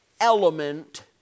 element